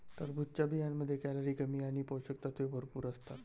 टरबूजच्या बियांमध्ये कॅलरी कमी आणि पोषक तत्वे भरपूर असतात